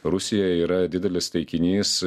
rusija yra didelis taikinys